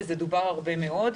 וזה דובר הרבה מאוד.